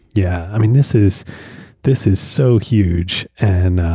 yeah this is this is so huge and